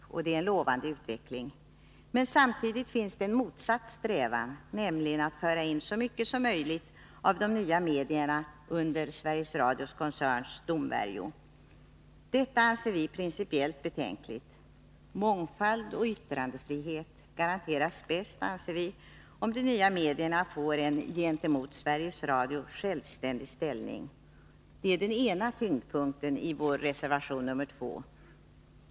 Det är en Torsdagen den lovande utveckling. Men samtidigt finns en motsatt strävan, nämligen att 25 mars 1982 föra in så mycket som möjligt av de nya medierna under Sveriges Radio-koncernens domvärjo. Detta anser vi principiellt betänkligt. Mångfald och yttrandefrihet garanteras bäst, anser vi, om de nya medierna får en gentemot Sveriges Radio självständig ställning. Det är den ena tyngdpunkten i vår reservation 2.